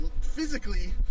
physically